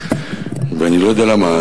ואני לא יודע למה,